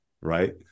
right